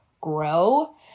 grow